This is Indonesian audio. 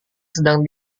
sedang